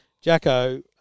Jacko